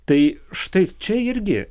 tai štai čia irgi